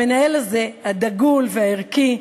המנהל הזה, הדגול והערכי,